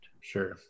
Sure